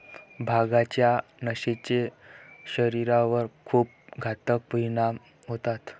भांगाच्या नशेचे शरीरावर खूप घातक परिणाम होतात